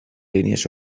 línies